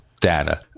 data